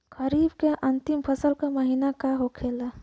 खरीफ के अंतिम फसल का महीना का होखेला?